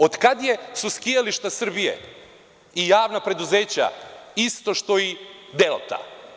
Od kad su skijališta Srbije i javna preduzeća isto što i „Delta“